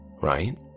Right